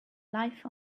life